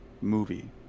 movie